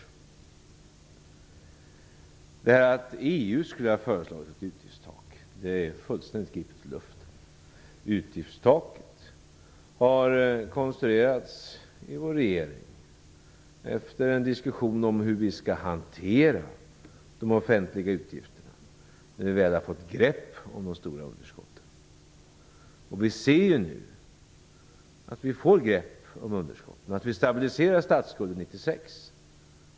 Påståendet att EU skulle ha föreslagit ett utgiftstak är fullständigt gripet i luften. Utgiftstaket har konstruerats i vår regering efter en diskussion om hur vi skall hantera de offentliga utgifterna när vi väl har fått grepp om de stora underskotten. Vi ser nu att vi får grepp om underskotten och att vi stabiliserar statsskulden 1996.